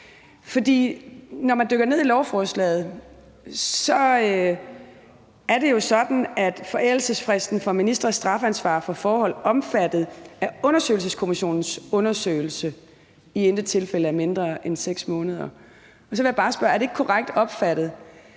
når man dykker ned i lovforslaget, er det jo sådan, at forældelsesfristen for ministres straffeansvar for forhold omfattet af undersøgelseskommissionens undersøgelse i intet tilfælde er mindre end 6 måneder. Så vil jeg bare spørge, om det ikke er korrekt opfattet,